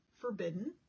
forbidden